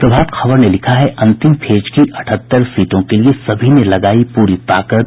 प्रभात खबर ने लिखा है अंतिम फेज की अठहत्तर सीटों के लिए सभी ने लगायी पूरी ताकत